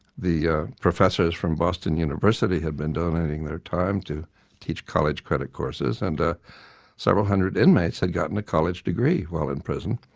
the professors from boston university had been donating their time to teach college credit courses and several hundred inmates had gotten a college degree while in prison,